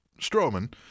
Strowman